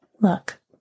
Look